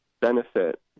benefit